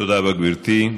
תודה רבה, גברתי.